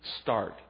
start